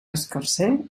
escarser